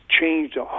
changed